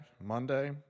Monday